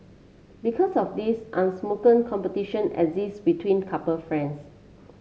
because of this unspoken competition exist between couple friends